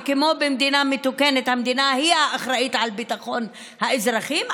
וכמו במדינה מתוקנת המדינה היא האחראית לביטחון האזרחים,